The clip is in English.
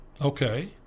Okay